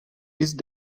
ist